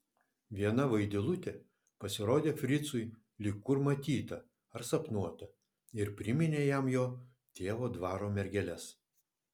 viena vaidilutė pasirodė fricui lyg kur matyta ar sapnuota ir priminė jam jo tėvo dvaro mergeles